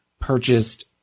purchased